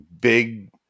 big